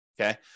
okay